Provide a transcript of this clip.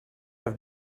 have